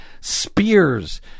spears